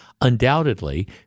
undoubtedly